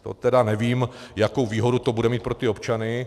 To teda nevím, jakou výhodu to bude mít pro ty občany.